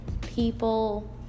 people